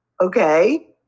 okay